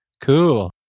cool